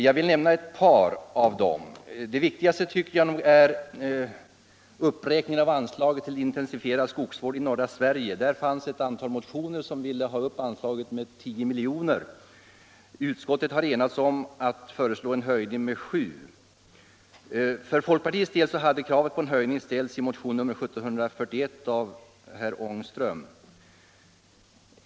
Jag vill peka på ett par av dem. Det viktigaste tycker jag är uppräkningen av anslaget till intensifierad skogsvård i norra Sverige. Där fanns ett antal motioner för att anslaget skulle höjas med 10 miljoner. Utskottet har enats om att föreslå en höjning med 7 milj.kr. För folkpartiets del hade kravet på en höjning ställts i motion nr 1741 av herr Ångström.